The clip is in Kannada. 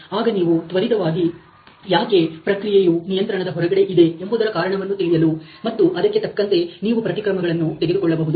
ಆಗ ನೀವು ತ್ವರಿತವಾಗಿ ಯಾಕೆ ಪ್ರಕ್ರಿಯೆಯು ನಿಯಂತ್ರಣದ ಹೊರಗಡೆ ಇದೆ ಎಂಬುದರ ಕಾರಣವನ್ನು ತಿಳಿಯಲು ಮತ್ತು ಅದಕ್ಕೆ ತಕ್ಕಂತೆ ನೀವು ಪ್ರತಿ ಕ್ರಮಗಳನ್ನು ತೆಗೆದುಕೊಳ್ಳಬಹುದು